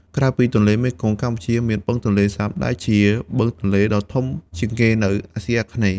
ក្រៅពីទន្លេមេគង្គ កម្ពុជាមាន បឹងទន្លេសាប ដែលជាបឹងទឹកសាបដ៏ធំជាងគេនៅអាស៊ីអាគ្នេយ៍។